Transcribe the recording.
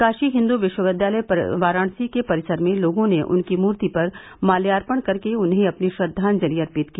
काशी हिन्दू विश्वविद्यालय वाराणसी के परिसर में लोगों ने उनकी मूर्ति पर माल्यार्पण कर के उन्हें अपनी श्रद्वांजलि अर्पित की